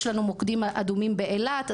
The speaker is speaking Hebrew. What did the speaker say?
יש מוקדים אדומים באילת.